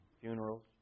funerals